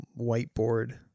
whiteboard